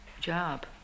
job